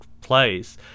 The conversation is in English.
place